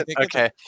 Okay